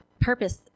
purpose